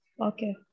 okay